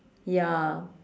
ya